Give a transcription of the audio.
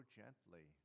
gently